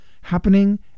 Happening